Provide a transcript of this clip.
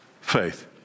Faith